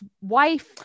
wife